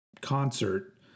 concert